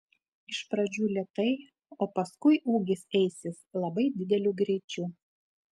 iš pradžių lėtai o paskui ūgis eisis labai dideliu greičiu